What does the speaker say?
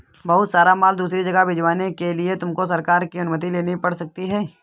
बहुत सारा माल दूसरी जगह पर भिजवाने के लिए तुमको सरकार की अनुमति लेनी पड़ सकती है